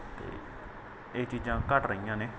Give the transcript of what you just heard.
ਅਤੇ ਇਹ ਚੀਜ਼ਾਂ ਘੱਟ ਰਹੀਆਂ ਨੇ